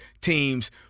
teams